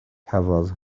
cafodd